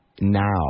now